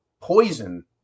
poison